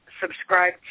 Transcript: subscribe